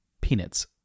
Peanuts